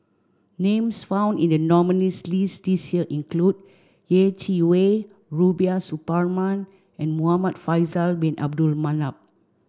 names found in the nominees' list this year include Yeh Chi Wei Rubiah Suparman and Muhamad Faisal bin Abdul Manap